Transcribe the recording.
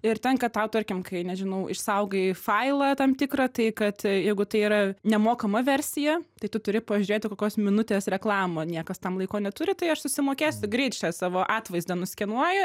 ir tenka tau tarkim kai nežinau išsaugai failą tam tikrą tai kad jeigu tai yra nemokama versija tai tu turi pažiūrėti kokios minutės reklamą niekas tam laiko neturi tai aš susimokėsiu greit čia savo atvaizdą nuskenuoju